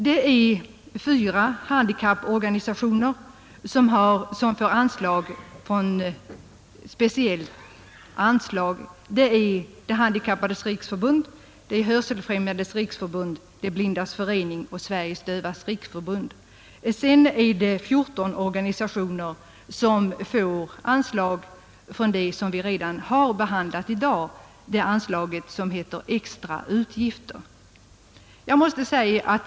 Det är fyra handikapporganisationer som får bidrag från speciella anslag, nämligen De handikappades riksförbund, Hörselfrämjandets riksförbund, De blindas förening och Sveriges dövas riksförbund. Sedan är det 14 organisationer som får bidrag från det anslag som heter Extra utgifter och som vi har behandlat tidigare i dag.